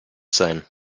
sein